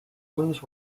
blues